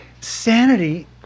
Sanity